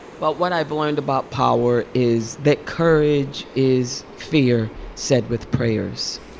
but what i've learned about power is that courage is fear said with prayers,